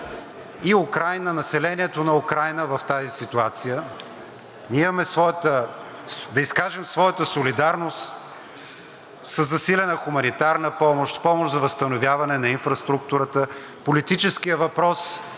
и населението на Украйна в тази ситуация, да изкажем своята солидарност със засилена хуманитарна помощ, помощ за възстановяване на инфраструктурата. Политическият въпрос